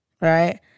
right